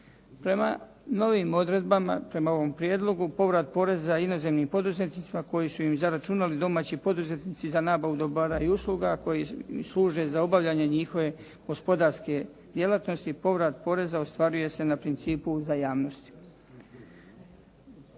Prema novim odredbama, prema ovom prijedlogu povrat poreza inozemnim poduzetnicima koji su im i zaračunali domaći poduzetnici za nabavu dobara i usluga, koji služe za obavljanje njihove gospodarske djelatnosti, povrat poreza ostvaruje se na principu uzajamnosti.